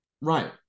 right